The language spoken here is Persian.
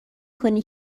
کنی